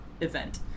event